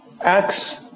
Acts